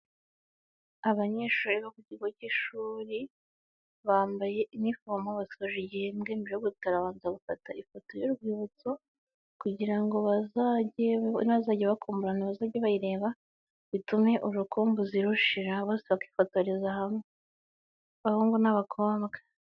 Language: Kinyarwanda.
Abanyeshuri bo ku kigo cy'ishuri bambaye iniforome basoje igihembwe mbere yo gutaba bafata ifoto y'urwibutso, kugira ngo bazajye nibazajya bakumburana bazajye bayireba, bitume urukumbuzi rushira bose bakifotoriza hamwe abahungu n'abakobwa.